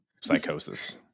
Psychosis